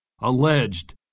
alleged